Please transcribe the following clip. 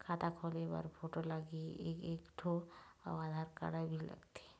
खाता खोले बर फोटो लगही एक एक ठो अउ आधार कारड भी लगथे?